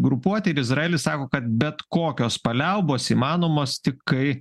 grupuotė ir izraelis sako kad bet kokios paliaubos įmanomos tik kai